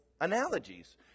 analogies